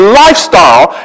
lifestyle